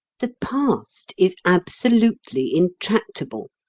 the past is absolutely intractable.